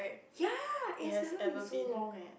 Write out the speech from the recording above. ya it has never been so long eh